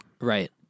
Right